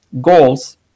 goals